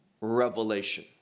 revelation